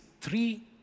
three